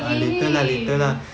eh